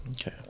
Okay